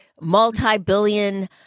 multi-billion